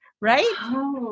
right